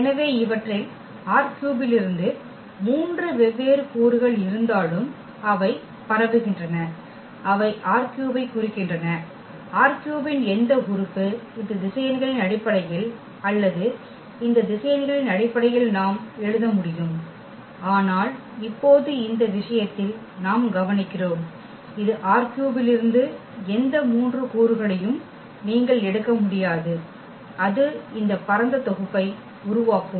எனவே இவற்றில் ℝ3 இலிருந்து மூன்று வெவ்வேறு கூறுகள் இருந்தாலும் அவை பரவுகின்றன அவை R3 ஐக் குறிக்கின்றன ℝ3 இன் எந்த உறுப்பு இந்த திசையன்களின் அடிப்படையில் அல்லது இந்த திசையன்களின் அடிப்படையில் நாம் எழுத முடியும் ஆனால் இப்போது இந்த விஷயத்தில் நாம் கவனிக்கிறோம் இது ℝ3 இலிருந்து எந்த மூன்று கூறுகளையும் நீங்கள் எடுக்க முடியாது அது இந்த பரந்த தொகுப்பை உருவாக்கும்